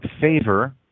favor